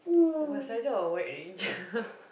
what size or what range